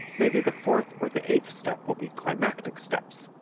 maybe the fourth or the eighth step will be climactic steps,